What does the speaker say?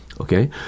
okay